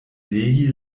legi